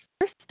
first